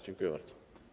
Dziękuję bardzo.